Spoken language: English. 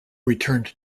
returned